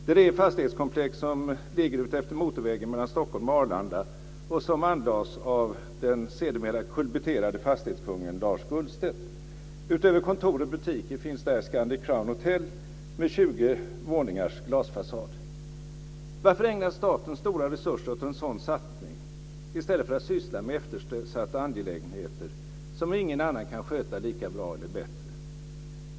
Det är det fastighetskomplex som ligger utefter motorvägen mellan Stockholm och Arlanda och som anlades av den sedermera kullbytterade fastighetskungen Lars Gullstedt. Utöver kontor och butiker finns där Scandic Crown Hotel med 20 våningars glasfasad. Varför ägnar staten stora resurser åt en sådan satsning i stället för att syssla med eftersatta angelägenheter som ingen annan kan sköta lika bra eller bättre?